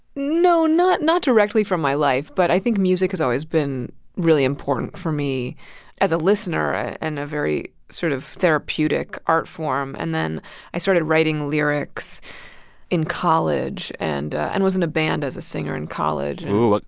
not not directly from my life. but i think music has always been really important for me as a listener and a very sort of therapeutic art form. and then i started writing lyrics in college and and was in a band as a singer in college oh,